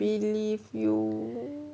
believe you